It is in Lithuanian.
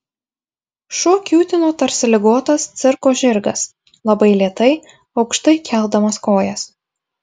šuo kiūtino tarsi ligotas cirko žirgas labai lėtai aukštai keldamas kojas